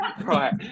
Right